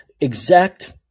exact